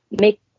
make